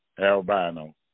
albino